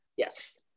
Yes